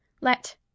Let—